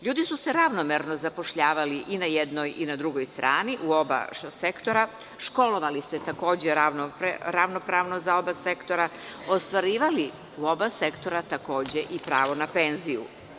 Ljudi su se ravnomerno zapošljavali i na jednoj i na drugoj strani u oba sektora, školovali se, takođe, ravnopravno za oba sektora, ostvarivali u oba sektora takođe i pravo na penziju.